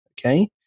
Okay